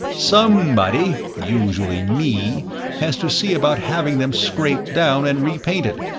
somebody usually me has to see about having them scraped down and repainted.